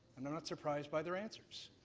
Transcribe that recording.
and i'm not surpriseed by their answers.